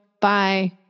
Bye